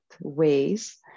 ways